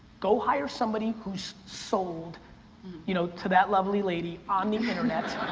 go hire somebody who's sold you know to that lovely lady on the internet,